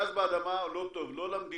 גז באדמה הוא לא טוב, לא למדינה,